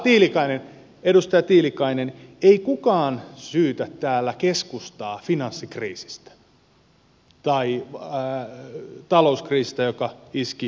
arvoisa edustaja tiilikainen ei kukaan syytä täällä keskustaa finanssikriisistä tai talouskriisistä joka iski eurooppaan